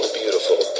beautiful